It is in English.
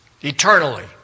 Eternally